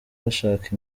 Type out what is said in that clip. bashaka